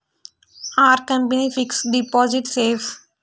Are company fixed deposit safe?